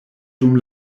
dum